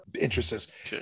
Interests